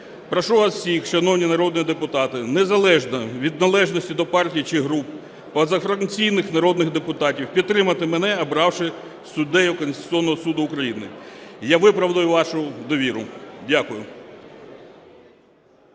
Прошу вас всіх, шановні народні депутати, незалежно від належності до партій чи груп, позафракційних народних депутатів, підтримати мене обравши суддею Конституційного Суду України. Я виправдаю вашу довіру. Дякую.